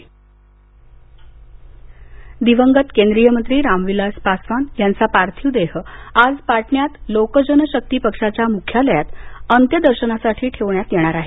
अंत्यदर्शन दिवंगत केंद्रीय मंत्री राम विलास पासवान यांचा पार्थिव देह आज पाटण्यात लोकजन शक्ती पक्षाच्या म्ख्यालयात अंत्यदर्शनासाठी ठेवलं जाणार आहे